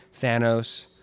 Thanos